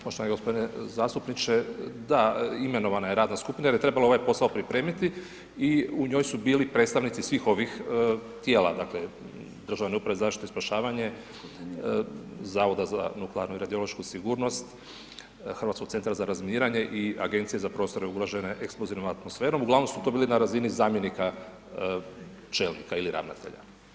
Poštovani gospodine zastupniče, da imenovana je radna skupina jer je trebalo ovaj posao pripremiti i u njoj su bili predstavnici svih ovih tijela, dakle Državne uprave za zaštitu i spašavanje, Zavoda za nuklearnu i radiološku sigurnost, HCR-a i Agencije za prostore ugrožene eksplozivnom atmosferom, uglavnom su to bili na razini zamjenika čelnika ili ravnatelja.